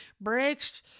breaks